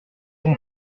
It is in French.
son